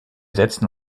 setzen